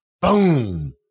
Boom